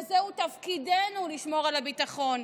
וזהו תפקידנו לשמור על הביטחון.